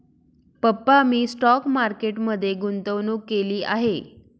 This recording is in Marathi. पप्पा मी स्टॉक मार्केट मध्ये गुंतवणूक केली आहे